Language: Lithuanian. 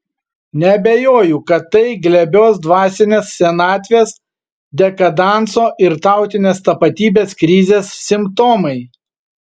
neabejoju kad tai glebios dvasinės senatvės dekadanso ir tautinės tapatybės krizės simptomai